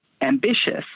ambitious